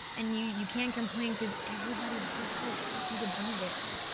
and you you can't complain because everybody's just so happy to be there.